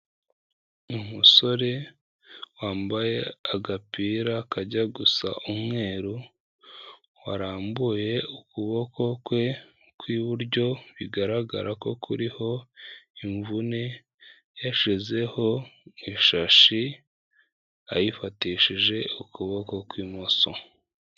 Umusore wambaye agapira kajya gusa umweru, warambuye ukuboko kwe kw'iburyo, bigaragara ko kuriho imvune, yashizeho ishashi, ayifatishije ukuboko kw'imoso.